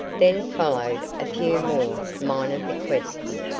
then followed a few more minor bequests,